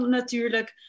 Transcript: natuurlijk